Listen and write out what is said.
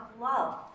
love